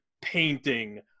painting